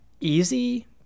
easy